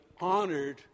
honored